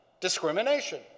discrimination